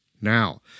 Now